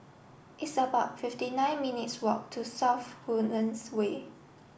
it's about fifty nine minutes' walk to South Woodlands Way